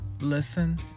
listen